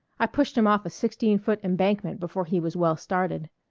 i pushed him off a sixteen-foot embankment before he was well started.